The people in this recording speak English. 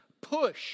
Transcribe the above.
push